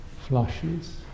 flushes